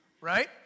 right